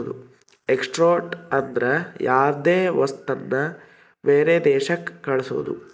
export ಅಂದ್ರ ಯಾವ್ದೇ ವಸ್ತುನ ಬೇರೆ ದೇಶಕ್ ಕಳ್ಸೋದು